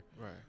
Right